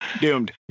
doomed